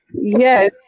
Yes